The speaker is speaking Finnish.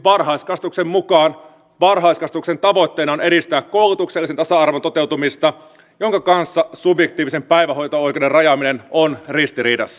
varhaiskasvatuslain mukaan varhaiskasvatuksen tavoitteena on edistää koulutuksellisen tasa arvon toteutumista jonka kanssa subjetiivisen päivähoito oikeuden rajaaminen on ristiriidassa